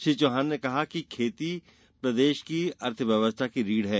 श्री चौहान ने कहा कि खेती प्रदेश की अर्थ व्यवस्था की रीढ़ है